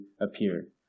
appeared